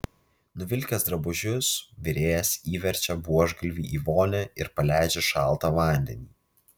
nuvilkęs drabužius virėjas įverčia buožgalvį į vonią ir paleidžia šaltą vandenį